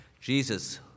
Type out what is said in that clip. Jesus